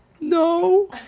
no